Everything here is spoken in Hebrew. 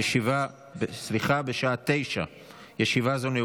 אני קובע כי הצעת חוק הסמכת צבא הגנה לישראל ושירות הביטחון הכללי